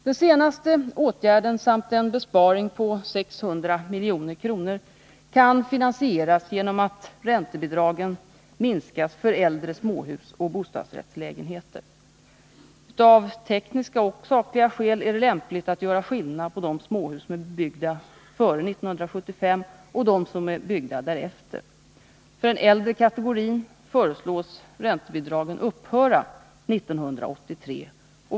Den senaste åtgärden samt en besparing på 600 milj.kr. kan finansieras genom att räntebidragen minskas för äldre småhus och bostadsrättslägenheter. Av tekniska och sakliga skäl är det lämpligt att göra skillnad på de småhus som är byggda före 1975 och dem som är byggda därefter. För den äldre kategorin föreslås räntebidragen upphöra 1983.